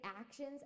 actions